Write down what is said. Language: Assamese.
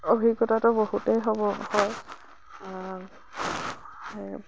অভিজ্ঞতাটো বহুতেই হ'ব হয়